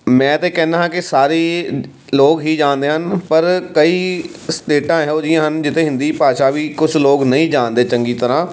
ਮੈਂ ਤਾਂ ਕਹਿੰਦਾ ਹਾਂ ਕਿ ਸਾਰੇ ਲੋਕ ਹੀ ਜਾਣਦੇ ਹਨ ਪਰ ਕਈ ਸਟੇਟਾਂ ਇਹੋ ਜਿਹੀਆਂ ਹਨ ਜਿੱਥੇ ਹਿੰਦੀ ਭਾਸ਼ਾ ਵੀ ਕੁਛ ਲੋਕ ਨਹੀਂ ਜਾਣਦੇ ਚੰਗੀ ਤਰ੍ਹਾਂ